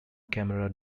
camera